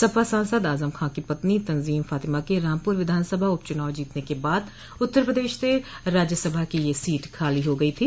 सपा सासद आजम खां की पत्नी तंजीम फातिमा के रामपूर विधानसभा उपचुनाव जीतने के बाद उत्तर प्रदेश से राज्यसभा की यह सीट खाली हो गई थी